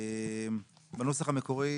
בנוסח המקורי